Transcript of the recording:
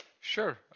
Sure